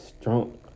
strong